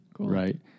Right